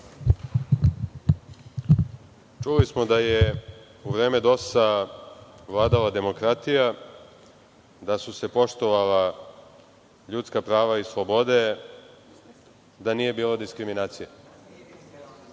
Čuli smo da je u vreme DOS vladala demokratija, da su se poštovala ljudska prava i slobode, da nije bilo diskriminacije. Ja